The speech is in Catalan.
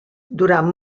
durant